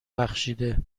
بخشیده